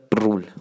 rule